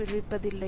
விடுவிப்பதில்லை